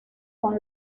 con